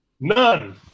None